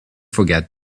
forget